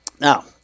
Now